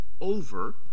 over